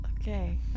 Okay